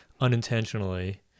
unintentionally